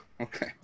Okay